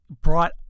brought